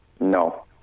No